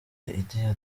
idi